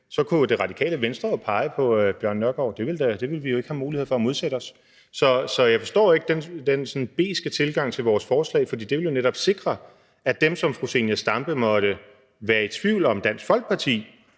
så kunne Det Radikale Venstre jo pege på hr. Bjørn Nørgaard – det ville vi jo ikke have mulighed for at modsætte os. Så jeg forstår ikke den beske tilgang til vores forslag, for det ville jo netop sikre, at dem, som fru Zenia Stampe måtte være i tvivl om hvorvidt Dansk Folkeparti